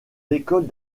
écoles